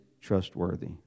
trustworthy